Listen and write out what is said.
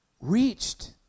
reached